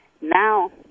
Now